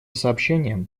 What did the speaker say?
сообщениям